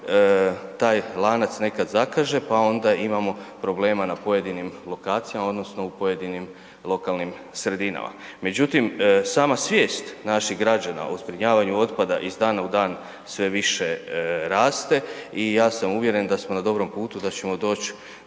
taj lanac nekad zakaže, pa onda imamo problema na pojedinim lokacijama, odnosno u pojedinim lokalnim sredinama. Međutim, sama svijest naših građana o zbrinjavanju otpada iz dana u dan sve više raste i ja sam uvjeren da smo na dobrom putu, da ćemo doći